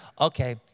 okay